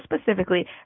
specifically